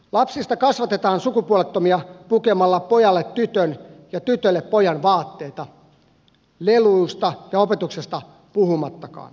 lapsista kasvatetaan sukupuolettomia pukemalla pojalle tytön ja tytölle pojan vaatteita leluista ja opetuksesta puhumattakaan